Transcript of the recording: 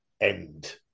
end